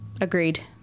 Agreed